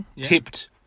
tipped